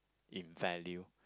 in value